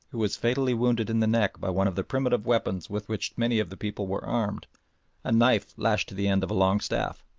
who was fatally wounded in the neck by one of the primitive weapons with which many of the people were armed a knife lashed to the end of a long staff.